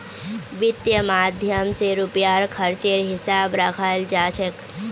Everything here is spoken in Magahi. वित्त माध्यम स रुपयार खर्चेर हिसाब रखाल जा छेक